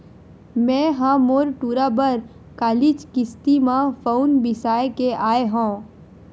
मैय ह मोर टूरा बर कालीच किस्ती म फउन बिसाय के आय हँव